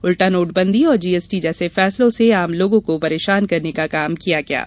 उल्टा नोटबंदी और जीएसटी जैसे फैसलों से आम लोगों को परेशान करने का काम किया है